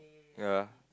ya